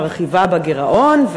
מרחיבה בגירעון,